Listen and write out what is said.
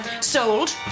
Sold